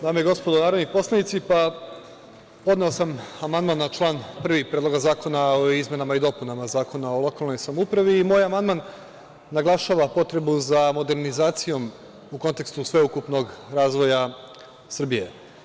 Dame i gospodo narodni poslanici, podneo sam amandman na član 1. Predloga zakona o izmena i dopunama Zakona o lokalnoj samoupravi i moj amandman naglašava potrebu za modernizacijom u kontekstu sveukupnog razvoja Srbije.